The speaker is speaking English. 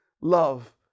love